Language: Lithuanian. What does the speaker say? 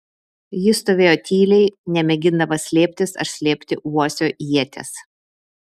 jis stovėjo tyliai nemėgindamas slėptis ar slėpti uosio ieties